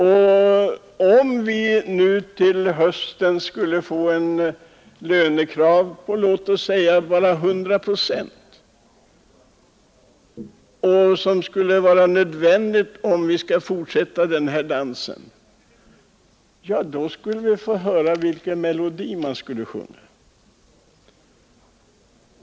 Tänk om vi till hösten fick lönekrav på omkring 100 procent, vilket är vad som behövs om vi skall fortsätta den här dansen — ja, då skulle vi få höra vilken melodi man började sjunga!